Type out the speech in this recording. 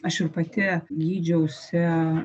aš ir pati gydžiausi